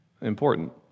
important